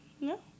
no